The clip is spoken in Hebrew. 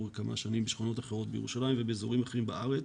כמה שנים בשכונות אחרות בירושלים ובאזורים אחרים בארץ.